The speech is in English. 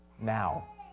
now